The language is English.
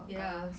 ya